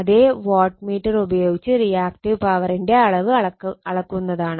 അതേ watt meter ഉപയോഗിച്ച് reactive പവറിന്റെ അളവ് അളക്കുന്നതാണ്